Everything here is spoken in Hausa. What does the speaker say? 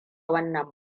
wannan